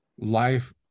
life